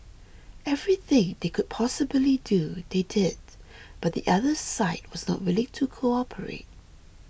everything they could possibly do they did but the other side was not willing to cooperate